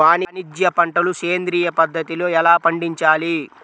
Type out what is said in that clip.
వాణిజ్య పంటలు సేంద్రియ పద్ధతిలో ఎలా పండించాలి?